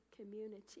community